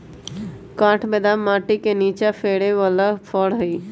काठ बेदाम माटि के निचा फ़रे बला फ़र हइ